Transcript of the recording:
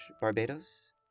Barbados